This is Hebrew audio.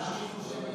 למה היא חושבת,